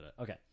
Okay